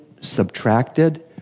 subtracted